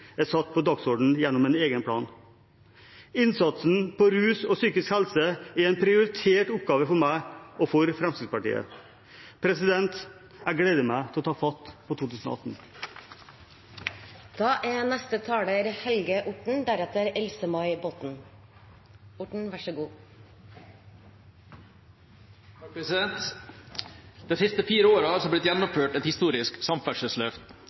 er satt på dagsordenen gjennom en egen plan. Innsatsen på rus- og psykisk helse-feltet er en prioritert oppgave for meg og for Fremskrittspartiet. Jeg gleder meg til å ta fatt på 2018. De siste fire årene har det blitt gjennomført et historisk samferdselsløft.